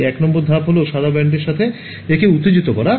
তাই ১ নং ধাপ হল সাদা ব্যান্ড এর সাথে একে উত্তেজিত করা